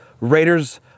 Raiders